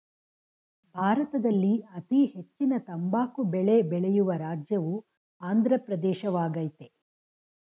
ಭಾರತದಲ್ಲಿ ಅತೀ ಹೆಚ್ಚಿನ ತಂಬಾಕು ಬೆಳೆ ಬೆಳೆಯುವ ರಾಜ್ಯವು ಆಂದ್ರ ಪ್ರದೇಶವಾಗಯ್ತೆ